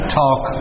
talk